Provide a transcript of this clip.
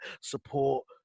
support